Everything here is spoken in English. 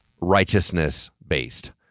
righteousness-based